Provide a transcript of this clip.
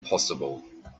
possible